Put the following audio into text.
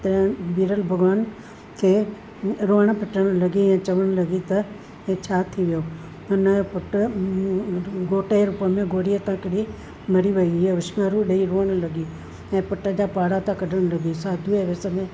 त वीरल भॻवान खे रोयणु पिटणु लॻी ऐं चवणु लॻी त इहे छा थी वियो हुनजो पुटु घोट जे रुप में घोड़ीअ तां किरी मरी वियो हीअ उछिंगारूं ॾेई रोअणु लॻी ऐं पुटु जा पारथाम कढणु लॻी साधू जे वेस में